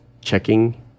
checking